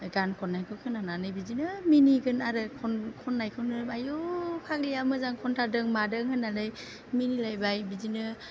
गान खन्नायखौ खोनानानै बिदिनो मिनिगोन आरो खन खन्नायखौ नुयोबा आयु फाग्लिया मोजां खन्थारदों मादों होन्नानै मिनिलायबाय बिदिनो